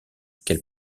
qu’elle